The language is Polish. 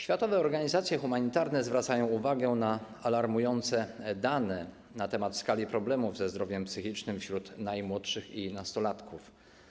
Światowe organizacje humanitarne zwracają uwagę na alarmujące dane na temat skali problemów ze zdrowiem psychicznym wśród najmłodszych i nastolatków.